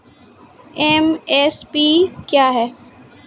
MSP क्या है?